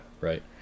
right